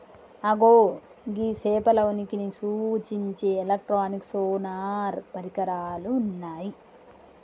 అగో గీ సేపల ఉనికిని సూచించే ఎలక్ట్రానిక్ సోనార్ పరికరాలు ఉన్నయ్యి